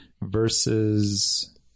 versus